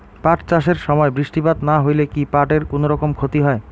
পাট চাষ এর সময় বৃষ্টিপাত না হইলে কি পাট এর কুনোরকম ক্ষতি হয়?